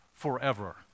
Forever